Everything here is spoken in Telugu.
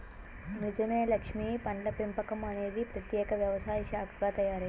నిజమే లక్ష్మీ పండ్ల పెంపకం అనేది ప్రత్యేక వ్యవసాయ శాఖగా తయారైంది